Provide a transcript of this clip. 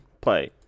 play